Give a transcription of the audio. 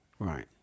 Right